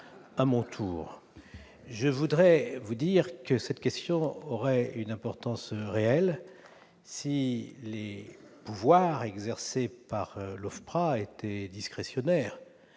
à mon tour. Je voudrais vous dire que cette question aurait une véritable importance si les pouvoirs exercés par l'OFPRA étaient discrétionnaires,